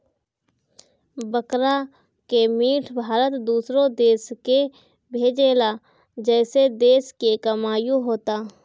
बकरा के मीट भारत दूसरो देश के भेजेला जेसे देश के कमाईओ होता